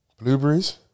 blueberries